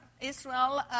Israel